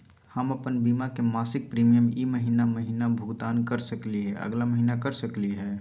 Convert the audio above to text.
हम अप्पन बीमा के मासिक प्रीमियम ई महीना महिना भुगतान कर सकली हे, अगला महीना कर सकली हई?